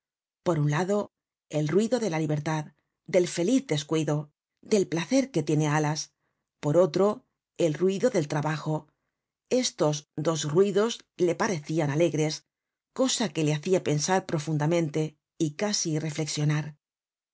por un lado el ruido de la libertad del feliz descuido del placer que tiene alas por otro el ruido del trabajo estos dos ruidos le parecian alegres cosa que le hacia pensar profundamente y casi reflexionar